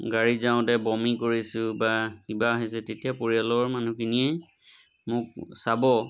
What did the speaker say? গাড়ীত যাওঁতে বমি কৰিছোঁ বা কিবা হৈছে তেতিয়া পৰিয়ালৰ মানুহখিনিয়ে মোক চাব